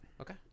okay